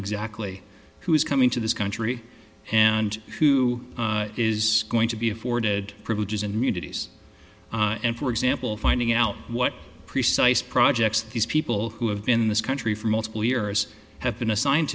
exactly who is coming to this country and who is going to be afforded privileges and immunities and for example finding out what precise projects these people who have been this country for multiple years have been assigned